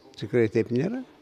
tikrai taip nėra